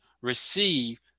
receive